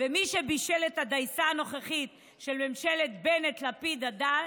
מי שבישל את הדייסה הנוכחית של ממשלת בנט-לפיד-עבאס,